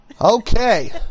Okay